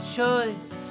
choice